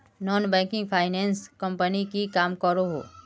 Non banking finance company की काम करोहो?